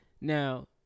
Now